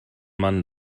man